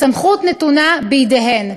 הסמכות נתונה בידיהן.